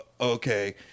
okay